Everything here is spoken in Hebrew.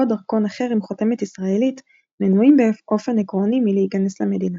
או דרכון אחר עם חותמת ישראלית מנועים באופן עקרוני מלהיכנס למדינה.